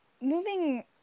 moving